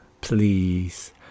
please